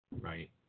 Right